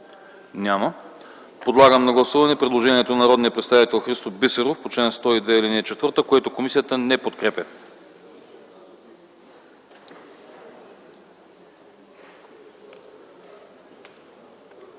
Няма. Подлагам на гласуване предложението на народния представител Христо Бисеров по чл. 102, ал. 4, което комисията не подкрепя.